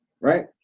right